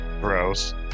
Gross